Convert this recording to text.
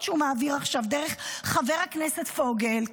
שהוא מעביר עכשיו דרך חבר הכנסת פוגל,